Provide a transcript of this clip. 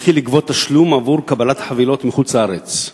תתחיל לגבות תשלום עבור קבלת חבילות מחוץ-לארץ,